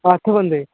अट्ठ बंदे